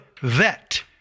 vet